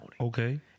Okay